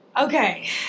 Okay